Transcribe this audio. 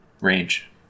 range